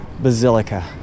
Basilica